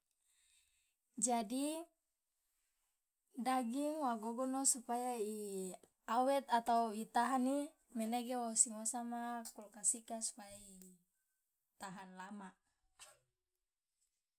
jadi daging wa gogono supaya i awet atau itahani menege wosi ngosama kulkas ika supaya itahan lama.